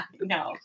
no